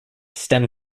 stem